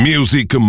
Music